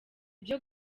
byo